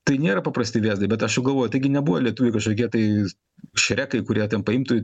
tai nėra paprasti vėzdai bet aš jau galvoju taigi nebuvo lietuviai kažkokie tai šrekai kurie ten paimtų